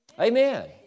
Amen